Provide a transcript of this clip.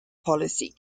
policy